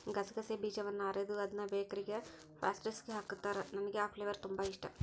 ಗಸಗಸೆ ಬೀಜದವನ್ನ ಅರೆದು ಅದ್ನ ಬೇಕರಿಗ ಪ್ಯಾಸ್ಟ್ರಿಸ್ಗೆ ಹಾಕುತ್ತಾರ, ನನಗೆ ಆ ಫ್ಲೇವರ್ ತುಂಬಾ ಇಷ್ಟಾ